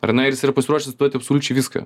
ar ne ir jis yra pasiruošęs atiduoti absoliučiai viską